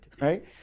Right